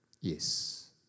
Yes